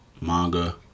manga